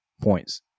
points